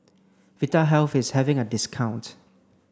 Vitahealth is having a discount